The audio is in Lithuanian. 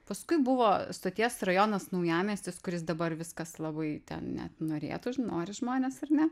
paskui buvo stoties rajonas naujamiestis kuris dabar viskas labai ten net norėtų nori žmonės ar ne